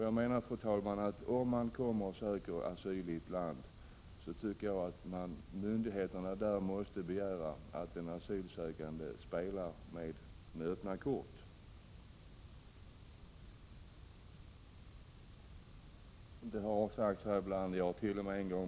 Jag tycker, fru talman, att myndigheterna i ett land måste begära att de asylsökande spelar med öppna kort. Det har sagts här i dag — ja, det hart.o.m.